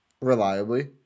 Reliably